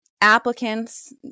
applicants